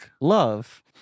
Love